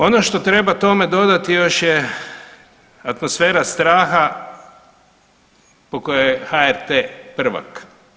Ono što treba tome dodati još je atmosfera straha u kojoj je HRT prvak.